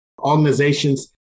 organizations